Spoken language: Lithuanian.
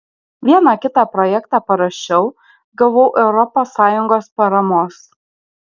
vieną kitą projektą parašiau gavau europos sąjungos paramos